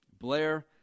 Blair